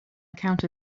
account